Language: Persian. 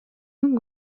اون